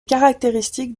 caractéristiques